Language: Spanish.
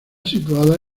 situada